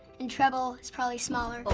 and treble is probably smaller. oh,